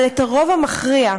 אבל את לרוב המכריע,